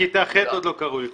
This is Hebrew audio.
מכיתה ח' עוד לא קראו לי חוצפן.